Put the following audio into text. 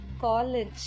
college